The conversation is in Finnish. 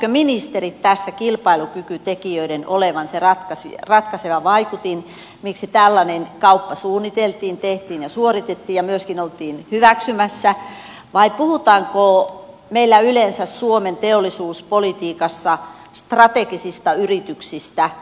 näkivätkö ministerit tässä kilpailukykytekijöiden olevan se ratkaiseva vaikutin miksi tällainen kauppa suunniteltiin tehtiin ja suoritettiin ja myöskin oltiin hyväksymässä vai puhutaanko meillä yleensä suomen teollisuuspolitiikassa strategisista yrityksistä